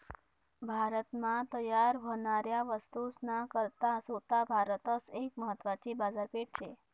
भारत मा तयार व्हनाऱ्या वस्तूस ना करता सोता भारतच एक महत्वानी बाजारपेठ शे